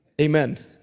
Amen